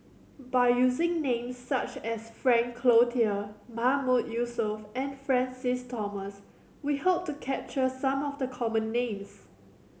by using names such as Frank Cloutier Mahmood Yusof and Francis Thomas we hope to capture some of the common names